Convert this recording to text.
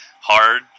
hard